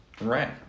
Right